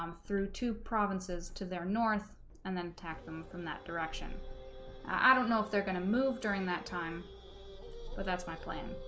um through two provinces to their north and then attack them from that direction i don't know if they're gonna move during that time but that's my plan